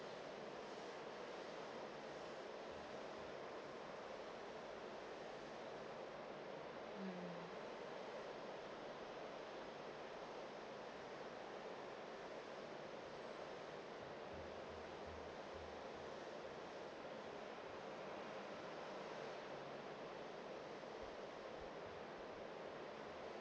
mm